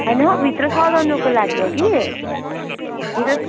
होइन हो भित्र सजाउनुको लागि हो कि भित्र